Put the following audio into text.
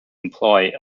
employ